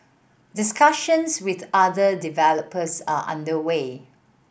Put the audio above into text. discussions with other developers are under way